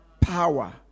Power